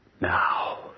Now